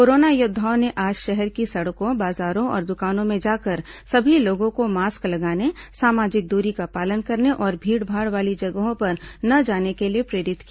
corona योद्वाओं ने आज शहर की सड़कों बाजारों और दुकानों में जाकर सभी लोगों को मास्क लगाने सामाजिक दूरी का पालन करने और भीड़भाड़ वाली जगहों पर न जाने के लिए प्रेरित किया